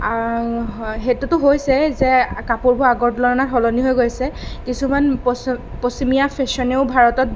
সেইটোতো হৈছেই যে কাপোৰবোৰ আগৰ তুলনাত সলনি হৈ গৈছে কিছুমান পচ পশ্চিমীয়া ফেশ্ৱনেও ভাৰতত